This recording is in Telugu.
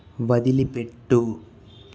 వదిలిపెట్టు